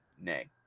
nay